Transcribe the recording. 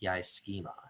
schema